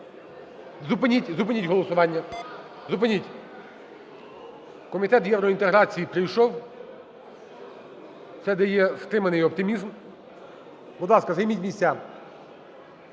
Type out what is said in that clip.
зупиніть голосування. Зупиніть. Комітет євроінтеграції прийшов, це дає стриманий оптимізм. Будь ласка, займіть місця.